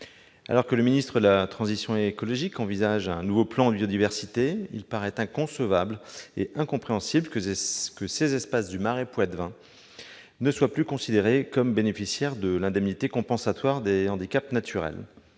Alors que le ministre de la transition écologique et solidaire envisage un nouveau plan Biodiversité, il paraît inconcevable et incompréhensible que ces espaces du marais poitevin ne soient plus considérés comme bénéficiaires de l'indemnité compensatoire des handicaps naturels.